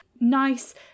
nice